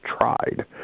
tried